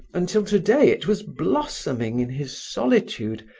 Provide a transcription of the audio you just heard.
until today it was blossoming in his solitude,